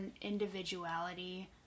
individuality